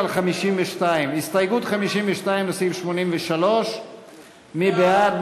מצביעים על הסתייגות מס' 52 לסעיף 83. מי בעד?